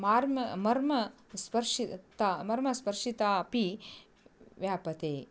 मर्म मर्म स्पर्शि ता मर्मस्पर्शिता अपि व्याप्यते